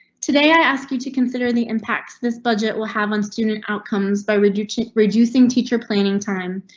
today i ask you to consider the impacts this budget will have on student outcomes by reducing reducing teacher planning time,